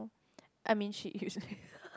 I mean she usually